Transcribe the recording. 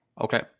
Okay